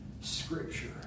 Scripture